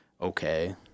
okay